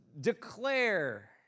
declare